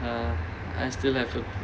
ya I still have to